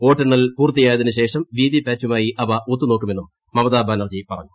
വോട്ടെണ്ണൽ പൂർത്തിയായതിനു ശേഷം വിവിപാറ്റുമായി അവ ഒത്തു നോക്കുമെന്നും മമതാബിറ്റെന്റ്ജി പറഞ്ഞു